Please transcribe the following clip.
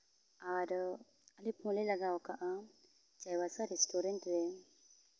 ᱟᱨ ᱟᱞᱮ ᱯᱷᱳᱱ ᱞᱮ ᱞᱟᱜᱟᱣ ᱠᱟᱜᱼᱟ ᱪᱟᱭᱵᱟᱥᱟ ᱨᱮᱥᱴᱩᱨᱮᱱᱴ ᱨᱮ